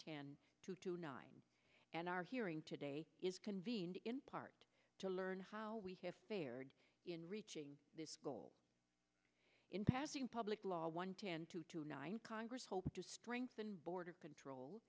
to two nine and our hearing today is convened in part to learn how we have fared in reaching this goal in passing public law one ten two two nine congress hope to strengthen border control